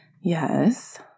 Yes